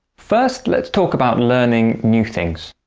first, let's talk about learning new things.